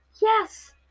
Yes